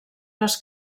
les